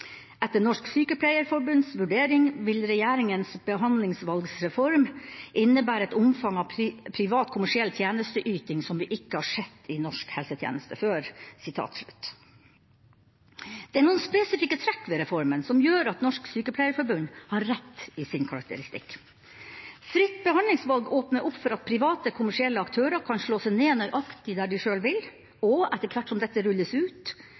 vurdering vil regjeringens «behandlingsvalgreform» innebære et omfang av privat kommersiell tjenesteyting som vi ikke har sett i norsk helsetjeneste før.» Det er noen spesifikke trekk ved reformen som gjør at Norsk Sykepleierforbund har rett i sin karakteristikk. Fritt behandlingsvalg åpner opp for at private, kommersielle aktører kan slå seg ned nøyaktig der de sjøl vil, og – etter hvert som dette rulles ut